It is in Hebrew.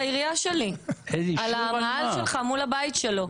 זו העירייה שלי, על המאהל שלך מול הבית שלו.